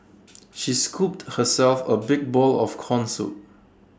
she scooped herself A big bowl of Corn Soup